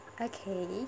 Okay